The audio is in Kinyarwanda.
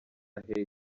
hey